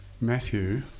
Matthew